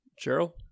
Cheryl